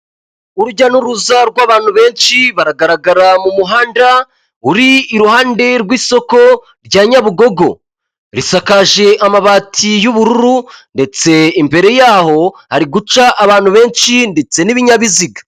Urujya n'uruza rw'abantu benshi bagaragara mu muhanda uri iruhande rw'isoko rya Nyabugogo, risakaje amabati y'ubururu ndetse imbere yaho ari guca abantu benshi ndetse n'ibinyabiziga.